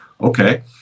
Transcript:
Okay